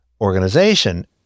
organization